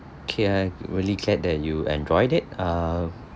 K I really glad that you enjoyed it err